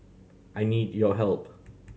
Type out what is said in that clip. I need your help